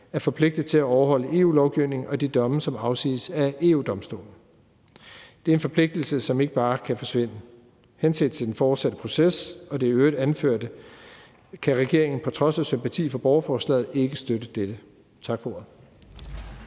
er forpligtet til at overholde EU-lovgivningen og de domme, som afsiges af EU-Domstolen. Det er en forpligtelse, som ikke bare kan forsvinde. Henset til den fortsatte proces og det i øvrigt anførte kan regeringen på trods af sympati for borgerforslaget ikke støtte dette. Tak for ordet.